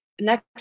next